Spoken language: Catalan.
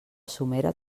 somera